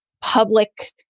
public